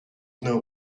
know